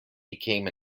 became